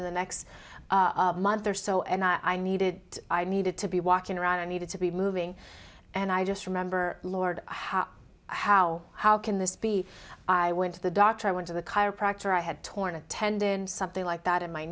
in the next month or so and i needed i needed to be walking around and needed to be moving and i just remember lord how how can this be i went to the doctor i went to the chiropractor i had torn a tendon something like that in my